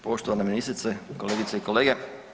Poštovana ministrice, kolegice i kolege.